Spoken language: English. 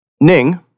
Ning